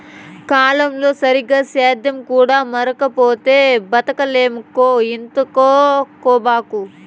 కాలంతో సరిగా సేద్యం కూడా మారకపోతే బతకలేమక్కో ఇంతనుకోబాకు